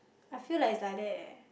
I feel like it's like that eh